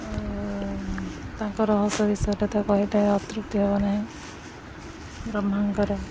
ଆଉ ତାଙ୍କ ରହସ୍ୟ ବିଷୟରେ ତ କହିଲେ ଅତ୍ୟୁକ୍ତି ହେବ ନାହିଁ ବ୍ରହ୍ମାଙ୍କର